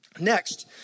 Next